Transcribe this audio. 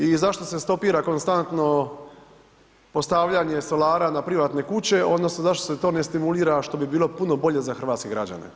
I zašto se stopira konstantno postavljanje solara na privatne kuće odnosno zašto se to ne stimulira što bi bilo puno bolje za Hrvatske građane?